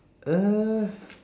uh